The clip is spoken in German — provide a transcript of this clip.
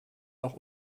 noch